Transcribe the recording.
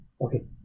Okay